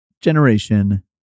generation